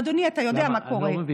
אדוני, אתה יודע מה קורה.